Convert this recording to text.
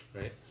Right